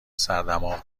سردماغ